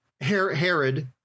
Herod